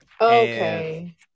Okay